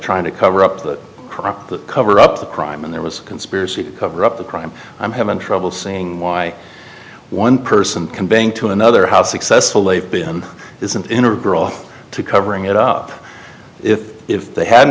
trying to cover up the crime the cover up the crime and there was a conspiracy to cover up the crime i'm having trouble seeing why one person can bring to another how successful they've been isn't integral to covering it up if if they had